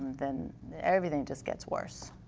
then everything just gets worse.